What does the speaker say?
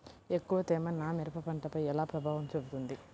ఎక్కువ తేమ నా మిరప పంటపై ఎలా ప్రభావం చూపుతుంది?